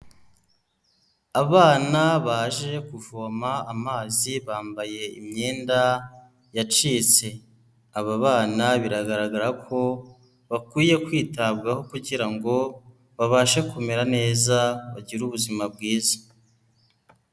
Abana baje kuvoma amazi bambaye imyenda yacitse, aba bana biragaragara ko bakwiye kwitabwaho kugira ngo babashe kumera neza bagire ubuzima bwiza.